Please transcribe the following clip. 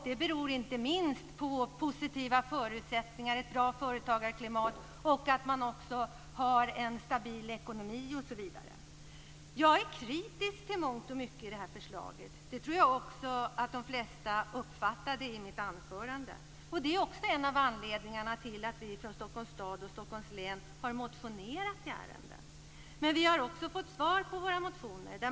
Det beror inte minst på positiva förutsättningar, ett bra företagarklimat och att man också har en stabil ekonomi. Jag är kritisk till mångt och mycket i det här förslaget. Det tror jag också att de flesta uppfattade i mitt anförande. Det är också en av anledningarna till att vi från Stockholms stad och Stockholms län har motionerat i ärendet. Men vi har också fått svar på våra motioner.